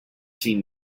seen